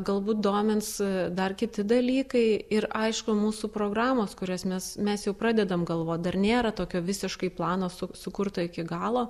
galbūt domins dar kiti dalykai ir aišku mūsų programos kurias mes mes jau pradedam galvot dar nėra tokio visiškai plano su sukurto iki galo